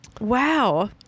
Wow